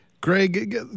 Greg